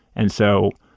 and so,